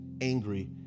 angry